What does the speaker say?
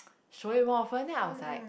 show it more often then I was like